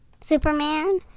Superman